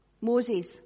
Moses